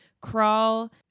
crawl